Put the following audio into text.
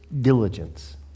diligence